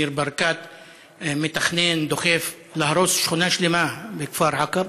ניר ברקת מתכנן, דוחף, להרוס שכונה שלמה בכפר עקב.